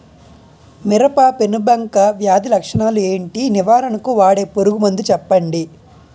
మిరప పెనుబంక వ్యాధి లక్షణాలు ఏంటి? నివారణకు వాడే పురుగు మందు చెప్పండీ?